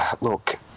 Look